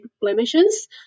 blemishes